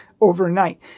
overnight